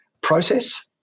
process